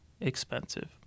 expensive